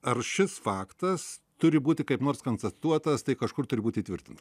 ar šis faktas turi būti kaip nors konstatuotas tai kažkur turi būti įtvirtinti